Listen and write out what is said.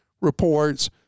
reports